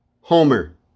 homer